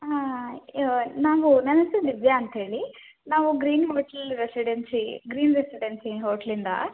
ಹಾಂ ಯ ನಾವು ನನ್ನ ಹೆಸರು ದಿವ್ಯಾ ಅಂತ ಹೇಳಿ ನಾವು green hotel residency green residency ಹೋಟ್ಲಿಂದ